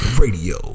radio